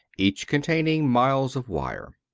each containing miles of wire.